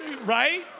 Right